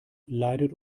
leidet